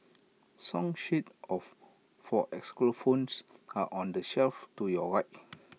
song sheets of for xylophones are on the shelf to your right